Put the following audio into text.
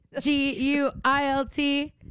G-U-I-L-T